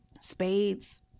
spades